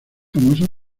famosa